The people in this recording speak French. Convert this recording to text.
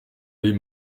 les